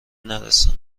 نرسم